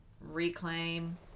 reclaim